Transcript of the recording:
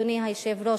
אדוני היושב-ראש,